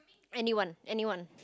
anyone anyone